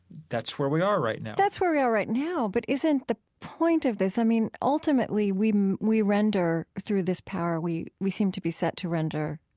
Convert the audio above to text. that's where we are right now that's where we are right now, but isn't the point of this, i mean, ultimately we we render through this power, we we seem to be set to render,